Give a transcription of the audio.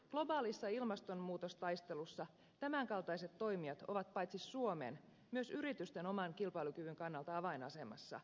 globaalissa ilmastonmuutostaistelussa tämän kaltaiset toimijat ovat paitsi suomen myös yritysten oman kilpailukyvyn kannalta avainasemassa